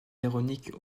véronique